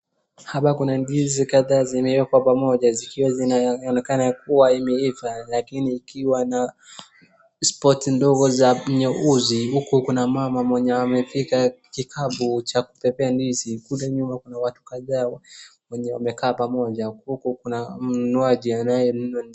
Hapa kuna ndizi kadhaa zimewekwa pamoja zikiwa zinaonekana kuwa imeiva lakini ikiwa na spot ndogo za nyeusi. Huko kuna mama mwenye amebeba kikapu cha kubebea ndizi. Kule nyuma kuna watu kadhaa wenye wamekaa pamoja. Huku kuna mnunuaji anayenunua.